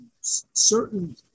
certain